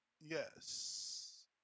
yes